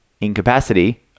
incapacity